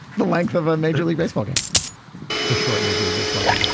the length of a major league baseball game a short major league baseball game.